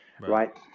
Right